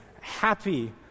happy